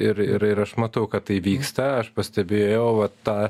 ir ir ir aš matau kad tai vyksta aš pastebėjau va tą